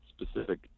specific